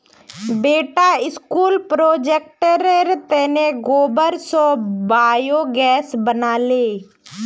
बेटा स्कूल प्रोजेक्टेर तने गोबर स बायोगैस बना ले